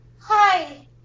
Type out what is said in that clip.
Hi